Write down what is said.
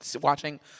Watching